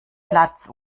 platz